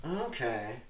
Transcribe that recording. Okay